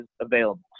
available